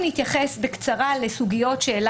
אני אתייחס עכשיו בקצרה לסוגיות שהעלה